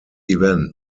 event